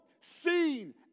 seen